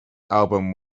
album